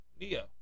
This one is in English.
Neo